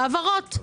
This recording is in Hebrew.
העברות.